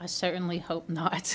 i certainly hope not